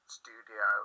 studio